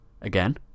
again